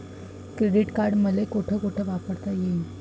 Credit card मले कोठ कोठ वापरता येईन?